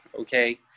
okay